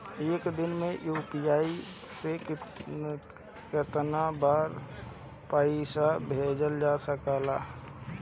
एक दिन में यू.पी.आई से केतना बार पइसा भेजल जा सकेला?